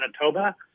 Manitoba